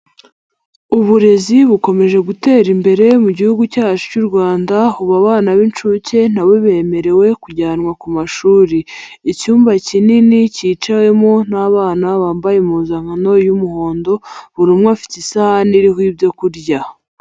Uburezi bukomeje gutera imbere mu gihugu cyacu cy'u Rwanda, ubu abana b'inshuke na bo bemerewe kujyanwa ku mashuri. Icyumba kinini kicayemo n'abana bambaye impuzankano y'umuhondo, buri umwe afite isahani iriho ibyo kurya.